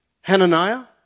Hananiah